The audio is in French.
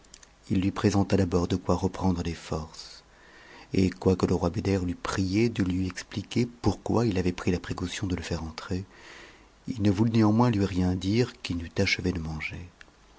il lui présenta d'abord de quoi reprendre des forces et quoique le roi beder l'eût prié de lui expliquer pourquoi il avait pris la précaution de le faire entrer il ne voulut néanmoins lui rien dire qu'il n'eût achevé de manger